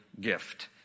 gift